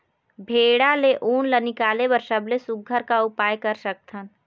भेड़ा ले उन ला निकाले बर सबले सुघ्घर का उपाय कर सकथन?